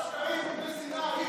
אי-אפשר לשמוע שקרים ושנאה.